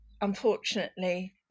unfortunately